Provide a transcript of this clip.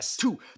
two